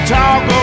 talk